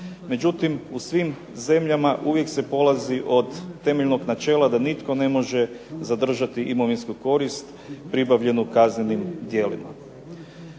Međutim, u svim zemljama uvijek se polazi od temeljnog načela da nitko ne može zadržati imovinsku korist pribavljenu kaznenim djelima.